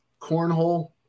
cornhole